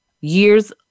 years